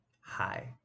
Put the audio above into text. hi